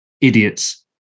idiots